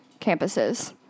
campuses